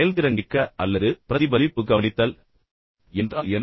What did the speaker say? செயல்திறங்கிக்க அல்லது பிரதிபலிப்பு கவனித்தல் என்றால் என்ன